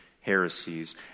heresies